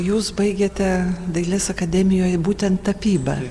jūs baigėte dailės akademijoje būtent tapybą